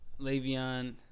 Le'Veon